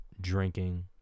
drinking